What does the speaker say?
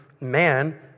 man